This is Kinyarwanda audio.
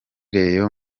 real